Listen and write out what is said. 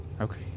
Okay